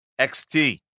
XT